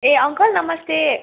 ए uncle नमस्ते